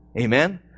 Amen